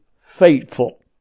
faithful